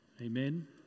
Amen